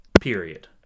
Period